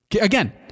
Again